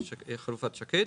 חלופת שקד.